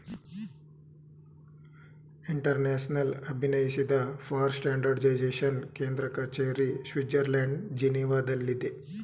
international ಅಭಿನಯಿಸಿದ for standardization ಕೇಂದ್ರ ಕಚೇರಿ ಸ್ವಿಡ್ಜರ್ಲ್ಯಾಂಡ್ ಜಿನೀವಾದಲ್ಲಿದೆ